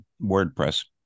WordPress